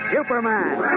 Superman